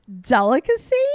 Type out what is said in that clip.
delicacy